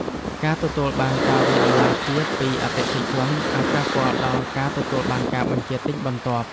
ការទទួលបានការវាយតម្លៃទាបពីអតិថិជន អាចប៉ះពាល់ដល់ការទទួលបានការបញ្ជាទិញបន្ទាប់។